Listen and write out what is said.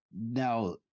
now